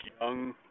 Young